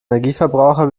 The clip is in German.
energieverbraucher